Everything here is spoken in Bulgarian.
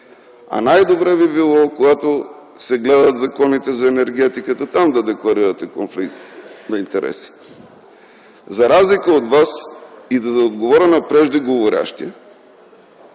А най-добре би било, когато се гледат законите за енергетиката, там да декларирате конфликт на интереси. За разлика от Вас и за да отговоря на преждеговорящия,